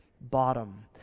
bottom